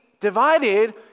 divided